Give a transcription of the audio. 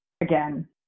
again